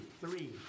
three